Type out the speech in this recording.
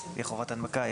חובת הנמקה,